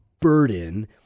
burden